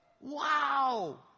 Wow